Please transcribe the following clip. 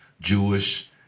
Jewish